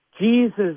Jesus